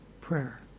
Prayer